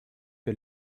que